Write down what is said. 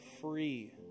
free